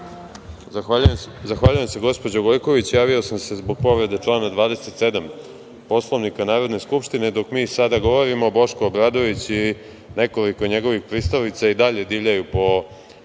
Zahvaljujem. Javio sam se zbog povrede člana 27. Poslovnika Narodne skupštine. Dok mi sada govorimo, Boško Obradović i nekoliko njegovih pristalica i dalje divljaju po